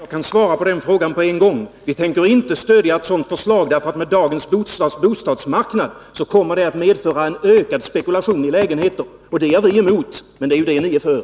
Herr talman! Jag kan ge besked med en gång. Vi tänker inte stödja ett sådant förslag. Med dagens bostadsmarknad kommer ett bifall till den motionen att medföra ökad spekulation i lägenheter. Det är vi emot, men det är ju det ni är för.